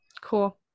Cool